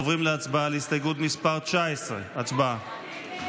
עוברים להצבעה על הסתייגות מס' 19. הצבעה.